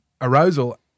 arousal